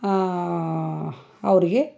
ಅವ್ರಿಗೆ